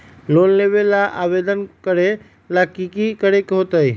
Loan लेबे ला आवेदन करे ला कि करे के होतइ?